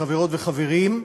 חברות וחברים,